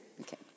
Okay